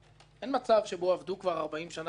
אין מצב שבו עבדו 40 שנה בדרך מסוימת.